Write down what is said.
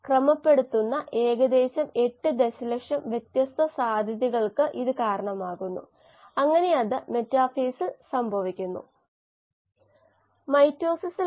വളർച്ച പരിമിതപ്പെടുത്തുന്നതിനായി സബ്സ്ട്രേറ്റ് സംഭവിക്കുമ്പോൾ ചില സബ്സ്ട്രേറ്റുകൾ അത് ചെയ്യുന്നു അപ്പോൾ നമുക്ക് ഈ മാതൃക ഉപയോഗിക്കാം ഇതാണ് ആൻഡ്രൂസും നോക്കും നൽകിയ μmSKsS KIKIS ഇതാണ് ആൻഡ്രൂസ് നോക്ക് മോഡൽ